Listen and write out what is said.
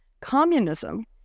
Communism